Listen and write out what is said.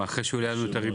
אחרי שהוא העלה את הריבית?